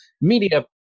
media